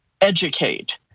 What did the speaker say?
educate